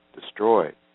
destroyed